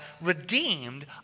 redeemed